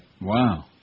Wow